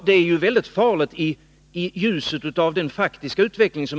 Det är farligt, i ljuset av den faktiska utvecklingen.